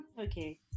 okay